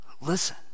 Listen